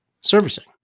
servicing